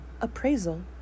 appraisal